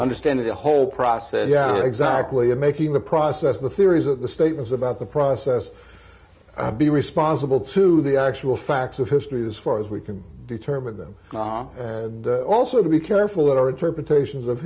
understanding the whole process yeah exactly and making the process the theories or the statements about the process be responsible to the actual facts of history as far as we can determine them and also to be careful that our interpretations of